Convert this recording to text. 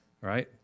right